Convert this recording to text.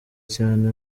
cyane